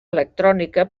electrònica